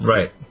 Right